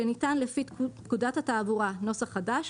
שניתן לפי פקודת התעבורה (נוסח חדש),